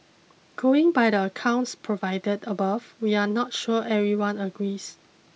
going by the accounts provided above we are not sure everyone agrees